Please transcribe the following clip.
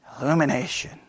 Illumination